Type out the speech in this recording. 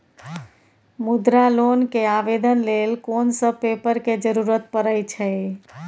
मुद्रा लोन के आवेदन लेल कोन सब पेपर के जरूरत परै छै?